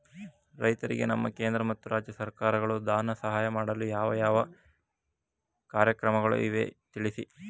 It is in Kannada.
ರೈತರಿಗೆ ನಮ್ಮ ಕೇಂದ್ರ ಮತ್ತು ರಾಜ್ಯ ಸರ್ಕಾರಗಳು ಧನ ಸಹಾಯ ಮಾಡಲು ಯಾವ ಯಾವ ಕಾರ್ಯಕ್ರಮಗಳು ಇವೆ ತಿಳಿಸಿ?